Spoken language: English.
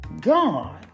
God